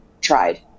tried